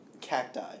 cacti